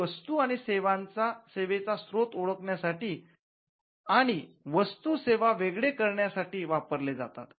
ते वस्तूं आणि सेवेचा स्रोत ओळखण्यासाठी आणि वस्तू सेवा वेगळे करण्यासाठी वापरले जातात